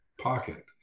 pocket